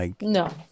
No